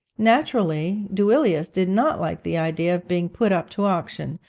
naturally, duilius did not like the idea of being put up to auction,